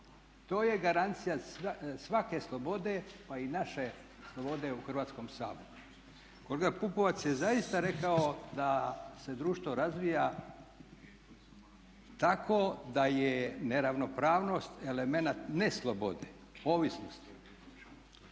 To je garancija svake slobode, pa i naše slobode u Hrvatskom saboru. Kolega Pupovac je zaista rekao da se društvo razvija tako da je neravnopravnost elemenata ne slobode, ovisnosti,